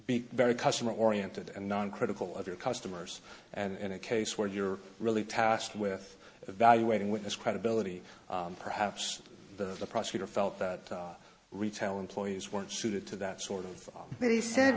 be very customer oriented and non critical of your customers and in a case where you're really tasked with evaluating witness credibility perhaps the prosecutor felt that retail employees weren't suited to that sort of maybe said